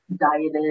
dieted